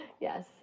Yes